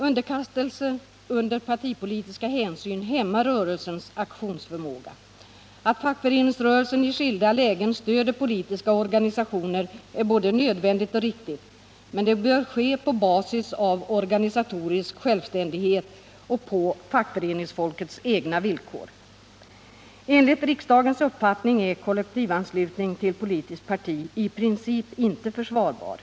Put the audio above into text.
Underkastelse under partipolitiska hänsyn hämmar rörelsens aktionsförmåga. Att fackföreningsrörelsen i skilda lägen stöder politiska organisationer är både nödvändigt och riktigt, men det bör ske på basis av organisatorisk självständighet och på fackföreningsfolkets egna villkor. Enligt riksdagens uppfattning är kollektivanslutning till politiskt parti i princip inte försvarbar.